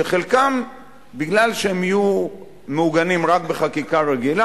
שחלקם בגלל שהם יהיו מעוגנים רק בחקיקה רגילה